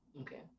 Okay